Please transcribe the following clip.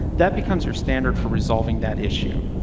that becomes your standard for resolving that issue.